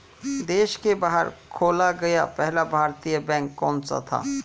देश के बाहर खोला गया पहला भारतीय बैंक कौन सा था?